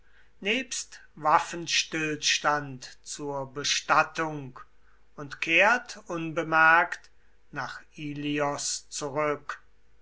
nebst waffenstillstand zur bestattung und kehrt unbemerkt nach ilios zurück